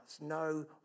no